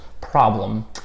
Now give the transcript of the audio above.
problem